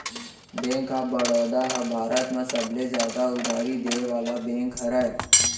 bank of Baroda ह भारत म सबले जादा उधारी देय वाला बेंक हरय